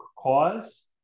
cause